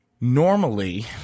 normally